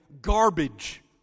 garbage